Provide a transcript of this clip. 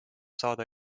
saada